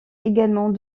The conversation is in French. également